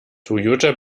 toyota